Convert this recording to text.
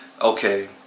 okay